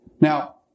Now